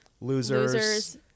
losers